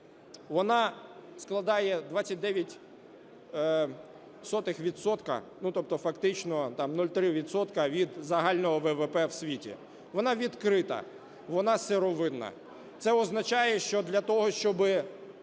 0,3 відсотка від загального ВВП в світі. Вона відкрита, вона сировинна. Це означає, що для того, щоби